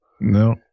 No